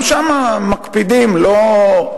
גם שם מקפידים לא,